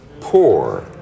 poor